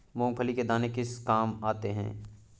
मूंगफली के दाने किस किस काम आते हैं?